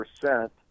percent